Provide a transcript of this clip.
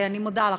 אני מודה לך.